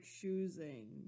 choosing